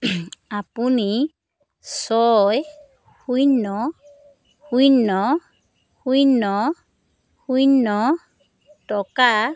আপুনি ছয় শূন্য শূন্য শূন্য শূন্য টকা